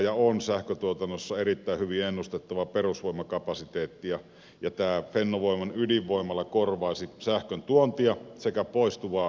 lisäydinvoima on sähköntuotannossa erittäin hyvin ennustettava perusvoimakapasiteetti ja tämä fennovoiman ydinvoimala korvaisi sähkön tuontia sekä poistuvaa lauhdekapasiteettia